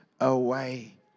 away